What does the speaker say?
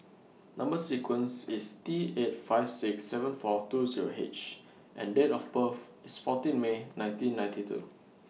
Number sequence IS T eight five six seven four two Zero H and Date of birth IS fourteen May nineteen ninety two